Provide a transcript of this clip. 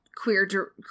queer